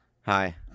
Hi